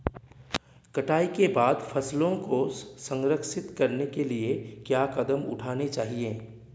कटाई के बाद फसलों को संरक्षित करने के लिए क्या कदम उठाने चाहिए?